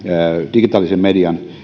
digitaalisen median